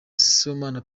sibomana